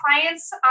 clients